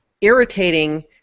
irritating